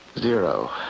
Zero